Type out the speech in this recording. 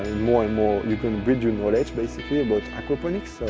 more and more, you can build your knowledge basically about aquaponics.